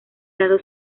lado